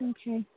Okay